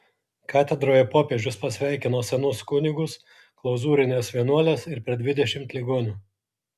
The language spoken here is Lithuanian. katedroje popiežius pasveikino senus kunigus klauzūrines vienuoles ir per dvidešimt ligonių